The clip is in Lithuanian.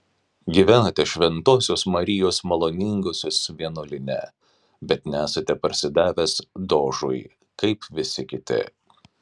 gyvenate šventosios marijos maloningosios vienuolyne bet nesate parsidavęs dožui kaip visi kiti